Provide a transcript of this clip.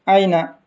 ꯑꯩꯅ